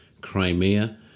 Crimea